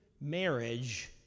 marriage